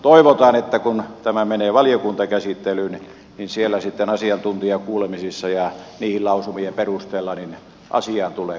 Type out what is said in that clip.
toivotaan että kun tämä menee valiokuntakäsittelyyn niin siellä sitten asiantuntijakuulemisissa ja niiden lausumien perusteella asiaan tulee korjauksia